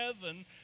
heaven